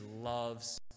loves